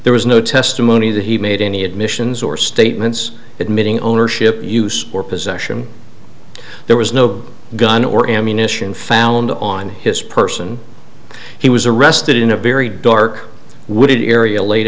there was no testimony that he made any admissions or statements admitting ownership use or possession there was no gun or ammunition found on his person he was arrested in a very dark wooded area late